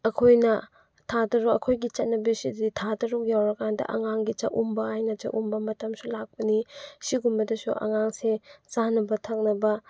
ꯑꯩꯈꯣꯏꯅ ꯊꯥ ꯇꯔꯨꯛ ꯑꯩꯈꯣꯏꯒꯤ ꯆꯠꯅꯕꯤꯁꯤꯗꯗꯤ ꯊꯥ ꯇꯔꯨꯛ ꯌꯧꯔꯀꯥꯟꯗ ꯑꯉꯥꯡꯒꯤ ꯆꯥꯛꯎꯝꯕ ꯍꯥꯏꯅ ꯆꯥꯛꯎꯝꯕ ꯃꯇꯝꯁꯨ ꯂꯥꯛꯄꯅꯤ ꯁꯤꯒꯨꯝꯕꯗꯁꯨ ꯑꯉꯥꯡꯁꯦ ꯆꯥꯅꯕ ꯊꯛꯅꯕ